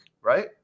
right